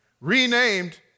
renamed